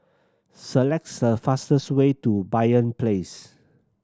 select the fastest way to Banyan Place